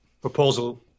proposal